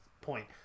point